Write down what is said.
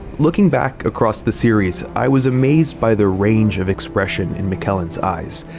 looking back across the series, i was amazed by the range of expression in mckellen's eyes.